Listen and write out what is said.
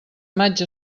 maig